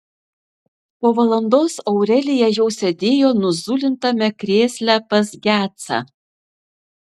po valandos aurelija jau sėdėjo nuzulintame krėsle pas gecą